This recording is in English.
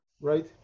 right